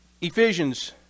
Ephesians